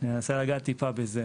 אני אנסה לגעת טיפה בזה.